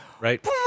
right